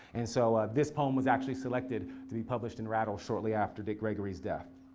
and so, this poem was actually selected to be published in rattle shortly after dick gregory's death.